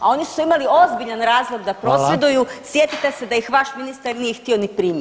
A oni su imali ozbiljan razlog da prosvjeduju [[Upadica: Hvala.]] sjetite se da ih vaš ministar nije htio ni primiti.